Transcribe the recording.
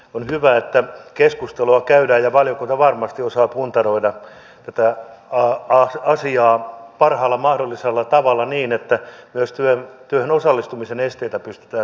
on hyvä että keskustelua käydään ja valiokunta varmasti osaa puntaroida tätä asiaa parhaalla mahdollisella tavalla niin että myös työhön osallistumisen esteitä pystytään samalla kertaa pohtimaan